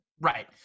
right